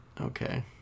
Okay